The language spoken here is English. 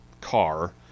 car